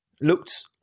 looked